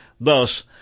Thus